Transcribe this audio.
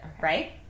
right